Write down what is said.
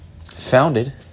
founded